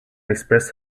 express